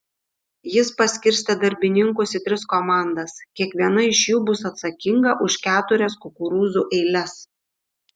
jis paskirstė darbininkus į tris komandas kiekviena iš jų bus atsakinga už keturias kukurūzų eiles